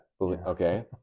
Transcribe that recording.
okay